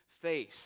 face